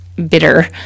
Bitter